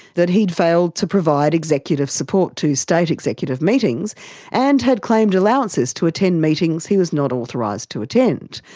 that he had failed to provide executive support to state executive meetings and had claimed allowances to attend meetings he was not authorised to attend.